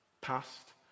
Past